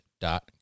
dot